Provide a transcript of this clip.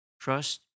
trust